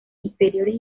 inferiores